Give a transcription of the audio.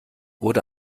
wurde